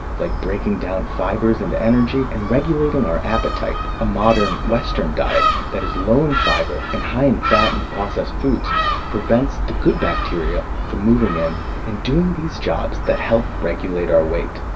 like breaking down fibers into energy and regulating our appetite. a modern western diet that is low in fiber and high in fat and processed foods prevents the good bacteria from moving in and doing those jobs that help regulate our weight.